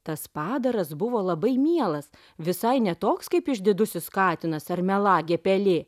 tas padaras buvo labai mielas visai ne toks kaip išdidusis katinas ar melagė pelė